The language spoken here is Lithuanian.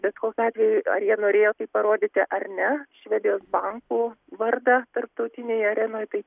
bet kokiu atveju ar jie norėjo tai parodyti ar ne švedijos bankų vardą tarptautinėje arenoje tai